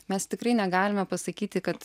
mes tikrai negalime pasakyti kad